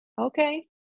okay